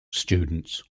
students